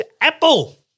apple